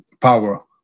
power